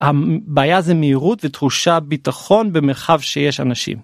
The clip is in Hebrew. הבעיה זה מהירות ותחושה ביטחון במרחב שיש אנשים.